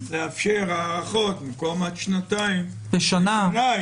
לאפשר הארכות במקום עד שנתיים לשנה,